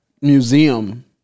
museum